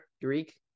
Derek